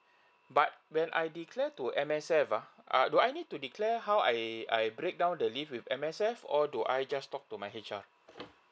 but when I declare to M_S_F uh err do I need to declare how I I breakdown the leave with M_S_F or do I just talk to my H_R